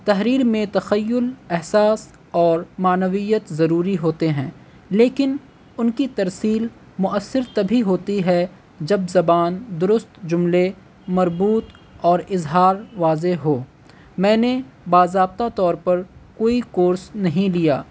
تحریر میں تخیل احساس اور معانویت ضروری ہوتے ہیں لیکن ان کی ترسییل مؤثر تبھی ہوتی ہے جب زبان درست جملے مربوط اور اظہار واضح ہو میں نے باضابطہ طور پر کوئی کورس نہیں لیا